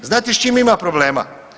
Znate s čim ima problema?